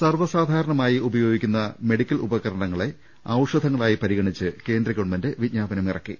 സർവ്വസാധാരണമായി ഉപയോഗിക്കുന്ന മെഡിക്കൽ ഉപകരണ ങ്ങളെ ഔഷധങ്ങളായി പരിഗണിച്ച് കേന്ദ്ര ഗവൺമെന്റ് വിജ്ഞാപനം ഇറ ക്കി